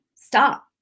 Stop